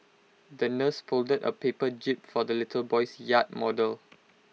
the nurse folded A paper jib for the little boy's yacht model